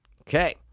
Okay